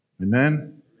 Amen